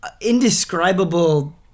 indescribable